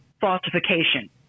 falsification